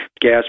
gas